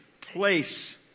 place